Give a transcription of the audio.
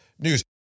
news